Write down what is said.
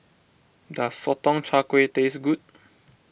does Sotong Char Kway taste good